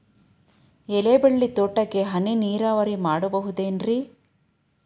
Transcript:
ಎಲೆಬಳ್ಳಿ ತೋಟಕ್ಕೆ ಹನಿ ನೇರಾವರಿ ಮಾಡಬಹುದೇನ್ ರಿ?